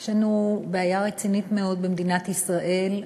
יש לנו בעיה רצינית מאוד במדינת ישראל,